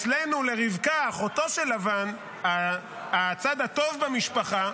אצלנו לרבקה, אחותו של לבן, הצד הטוב במשפחה,